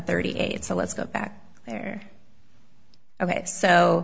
thirty eight so let's go back there